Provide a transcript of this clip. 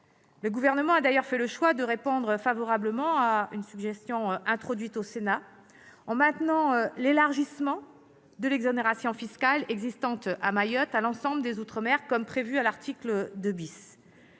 Le Gouvernement a d'ailleurs fait le choix de répondre favorablement à une suggestion formulée par le Sénat, en maintenant l'élargissement de l'exonération fiscale existant à Mayotte à l'ensemble des outre-mer, comme prévu à l'article 2 .